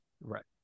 Right